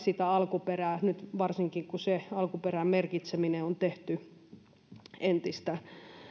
sitä alkuperää varsinkin nyt kun se alkuperän merkitseminen on tehty entistä